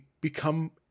become